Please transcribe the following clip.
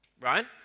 right